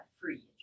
free